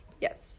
Yes